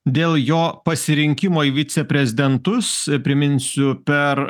dėl jo pasirinkimo į viceprezidentus priminsiu per